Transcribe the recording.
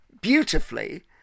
beautifully